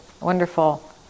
wonderful